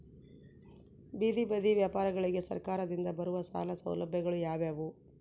ಬೇದಿ ಬದಿ ವ್ಯಾಪಾರಗಳಿಗೆ ಸರಕಾರದಿಂದ ಬರುವ ಸಾಲ ಸೌಲಭ್ಯಗಳು ಯಾವುವು?